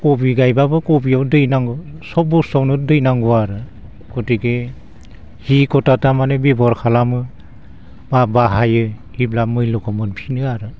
कबि गायबाबो कबिआव दै नांगौ सब बसथुआवनो दै नांगौ आरो गथिखे जि गथा तारमाने बेब'हार खालामो बा बाहायो जेब्ला मुल्य'खौ मोनफिनो आरो